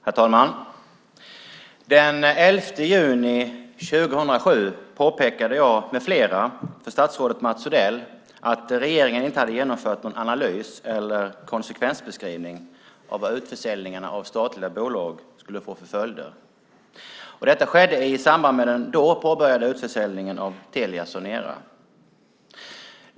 Herr talman! Den 11 juni 2007 påpekade jag med flera för statsrådet Mats Odell att regeringen inte hade genomfört någon analys eller konsekvensbeskrivning av vad utförsäljningarna av statliga bolag skulle få för följder. Detta skedde i samband med den då påbörjade utförsäljningen av Telia Sonera.